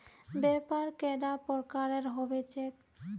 व्यापार कैडा प्रकारेर होबे चेक?